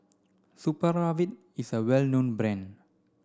Supravit is a well known brand